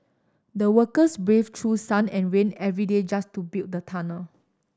the workers braved through sun and rain every day just to build the tunnel